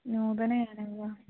नूतनं यानं वा